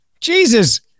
Jesus